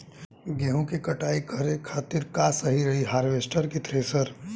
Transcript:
गेहूँ के कटाई करे खातिर का सही रही हार्वेस्टर की थ्रेशर?